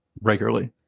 regularly